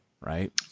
right